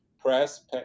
press